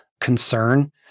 concern